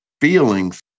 feelings